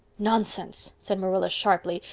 nonsense, said marilla sharply,